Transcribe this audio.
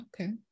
Okay